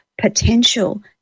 potential